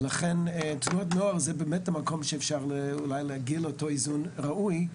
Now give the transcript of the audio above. לכן תנועות נוער זה המקום שאפשר להגיע לאיזון הראוי.